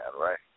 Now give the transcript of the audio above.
right